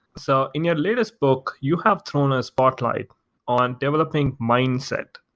so in your latest book, you have thrown a spotlight on developing mindset,